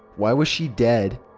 why was she dead?